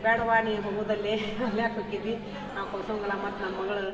ಬ್ಯಾಡವ್ವ ನೀ ಹೋಗುದಲ್ಲಿ ಅಲ್ಲಿ ಯಾಕೆ ಹೋಕಿದ್ದಿ ನಾವು ಕೋಸಂಗಲ ಮತ್ತು ನಮ್ಮ ಮಗ್ಳು